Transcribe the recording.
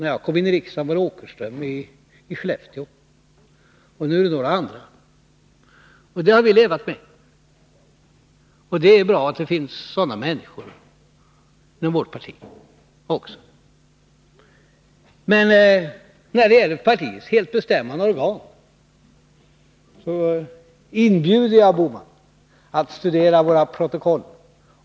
När jag kom in i riksdagen var det Oskar Åkerström från Skellefteå, och nu är det några andra. Det har vi levat med, och det är bra att det finns sådana människor inom vårt parti också. Men när det gäller partiets helt bestämmande organ, så inbjuder jag Gösta Bohman att studera våra protokoll.